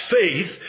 faith